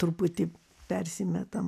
truputį persimetam